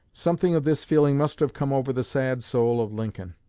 something of this feeling must have come over the sad soul of lincoln.